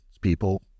people